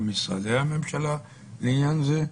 במשרדי הממשלה לעניין זה,